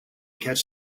catch